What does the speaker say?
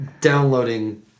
downloading